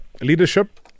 Leadership